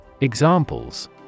Examples